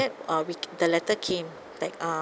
that uh we the letter came like uh